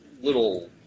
little